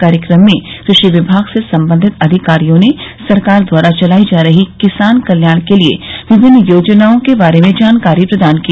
कार्यक्रम में कृषि विमाग से संबंधित अधिकारियों ने सरकार द्वारा चलाई जा रही किसान कल्याण के लिये विमिन्न योजनाओं के बारे में जानकारी प्रदान की